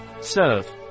Serve